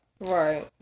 Right